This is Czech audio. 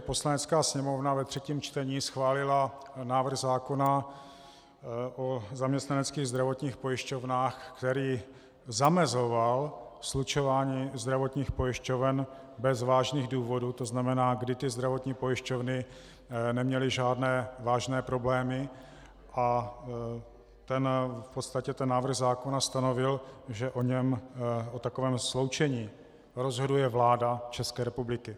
Tehdy Poslanecká sněmovna ve třetím čtení schválila návrh zákona o zaměstnaneckých zdravotních pojišťovnách, který zamezoval slučování zdravotních pojišťoven bez vážných důvodů, to znamená, kdy ty zdravotní pojišťovny neměly žádné vážné problémy, a ten návrh zákona stanovil, že o takovém sloučení rozhoduje vláda České republiky.